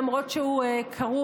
למרות שהוא כרוך,